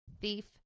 thief